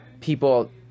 people